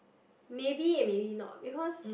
maybe and maybe not because